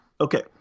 Okay